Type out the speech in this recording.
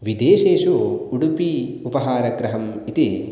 विदेशेषु उडुपि उपहारगृहम् इति